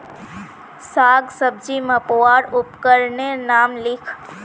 साग सब्जी मपवार उपकरनेर नाम लिख?